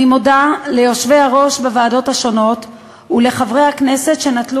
אני מודה ליושבי-ראש הוועדות ולחברי הכנסת שהשתתפו